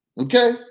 Okay